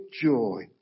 joy